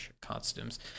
costumes